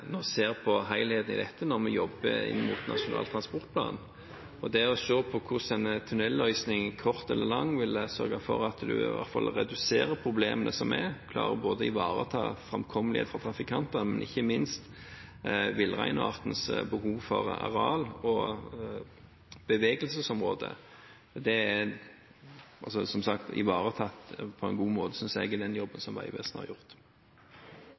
når vi jobber med Nasjonal transportplan. Vi må se på hvordan en tunnelløsning, kort eller lang, vil sørge for at en i hvert fall reduserer de problemene som er, og klarer å ivareta framkommeligheten for trafikantene, men ikke minst villreinartens behov for lav og bevegelsesområde. Det synes jeg som sagt er ivaretatt på en god måte i den jobben som Vegvesenet har gjort.